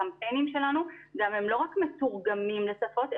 הקמפיינים שלנו לא רק מתורגמים לשפות,